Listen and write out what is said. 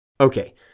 Okay